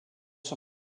son